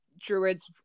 druids